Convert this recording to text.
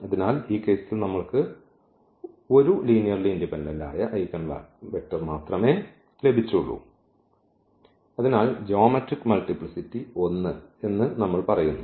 അതിനാൽ ഈ കേസിൽ നമ്മൾക്ക് ഒരു ലീനിയർലി ഇൻഡിപെൻഡന്റ് ആയ ഐഗൻവെക്ടർ മാത്രമേ ലഭിച്ചുള്ളൂ അതിനാൽ ജ്യോമെട്രിക് മൾട്ടിപ്ലിസിറ്റി 1 എന്ന് നമ്മൾ പറയുന്നു